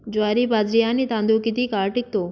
ज्वारी, बाजरी आणि तांदूळ किती काळ टिकतो?